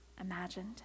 imagined